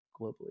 globally